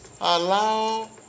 allow